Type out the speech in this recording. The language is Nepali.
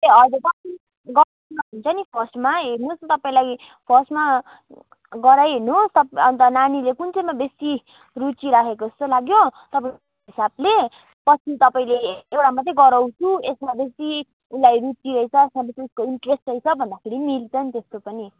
ए हजुर गर्दा हुन्छ नि फर्स्टमा हेर्नुहोस् न तपाईँलाई फर्स्टमा गराइहेर्नुहोस् अन्त नानीले कुन चाहिँमा बेसी रुचि राखेको जस्तो लाग्यो तपाईँको हिसाबले पछि तपाईँले एउटा मात्रै गराउँछु यसमा बेसी उसलाई रुचि रहेछ यसमा बेसी उसको इन्ट्रेस्ट रहेछ भन्दाखेरि नि मिल्छ नि त्यस्तो पनि